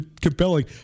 Compelling